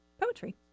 poetry